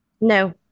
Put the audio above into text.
no